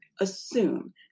assume